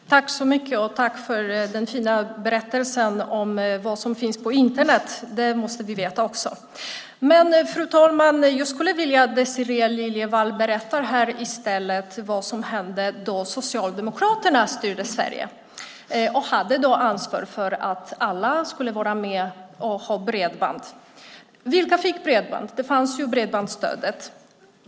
Fru talman! Jag tackar Désirée Liljevall för den fina berättelsen om vad som finns på Internet. Det måste vi veta också. Men, fru talman, jag skulle vilja att Désirée Liljevall i stället berättade här vad som hände då Socialdemokraterna styrde Sverige och hade ansvar för att alla skulle vara med och ha bredband. Vilka fick bredband? Det fanns ett bredbandsstöd.